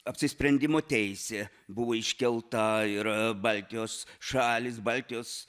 apsisprendimo teisė buvo iškelta ir baltijos šalys baltijos